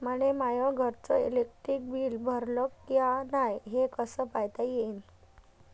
मले माया घरचं इलेक्ट्रिक बिल भरलं का नाय, हे कस पायता येईन?